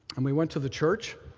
and we went to the church,